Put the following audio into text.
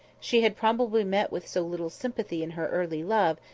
she had probably met with so little sympathy in her early love,